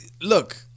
Look